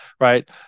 Right